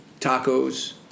tacos